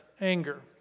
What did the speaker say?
anger